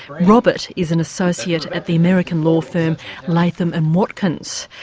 robert is an associate at the american law firm latham and watkins,